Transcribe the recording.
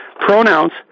pronouns